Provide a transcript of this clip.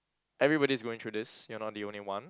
everybody is going through this you are not the only one